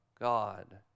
God